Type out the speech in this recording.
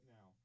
Now